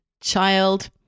child